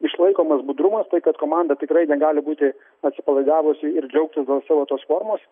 išlaikomas budrumas tai kad komanda tikrai negali būti atsipalaidavusi ir džiaugtis savo tos formos